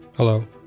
Hello